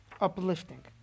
uplifting